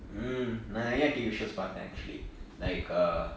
mm நா நிரைய:naa niraya T_V shows பாப்பேன்:paapen actually like err